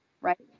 right